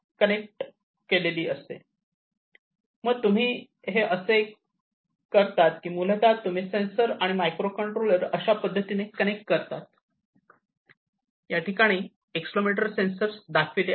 तर मग तुम्ही ते हे असे करता हे मूलतः तुम्ही सेन्सर आणि मायक्रो कंट्रोलर अशा पद्धतीने कनेक्ट करता हे एक्सेलरोमीटर सेन्सर आहे